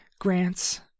grants